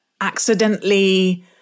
accidentally